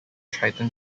tritium